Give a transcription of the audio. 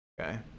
okay